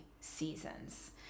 seasons